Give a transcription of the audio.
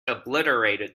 obliterated